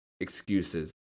excuses